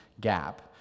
gap